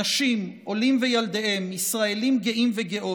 נשים, עולים וילדיהם, ישראלים גאים וגאות,